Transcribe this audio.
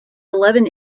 eleven